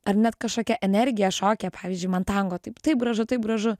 ar net kažkokia energija šokyje pavyzdžiui man tango taip taip gražu taip gražu